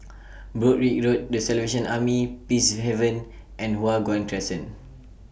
Broadrick Road The Salvation Army Peacehaven and Hua Guan Crescent